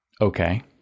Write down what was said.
Okay